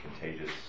contagious